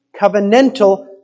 covenantal